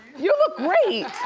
you look great!